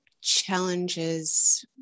challenges